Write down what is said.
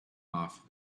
off